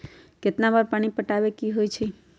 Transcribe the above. कितना बार पानी पटावे के होई छाई?